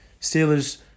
Steelers